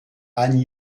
anne